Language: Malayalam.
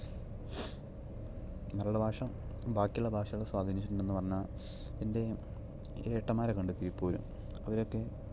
മലയള ഭാഷ ബാക്കിയുള്ള ഭാഷകളെ സ്വാധീനിച്ചിട്ടുണ്ടെന്ന് പറഞ്ഞാൽ എൻ്റെ ഏട്ടന്മാരൊക്കെ ഉണ്ട് തിരുപ്പൂർ അവരൊക്കെ